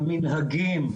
המנהגים,